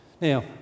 Now